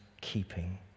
keeping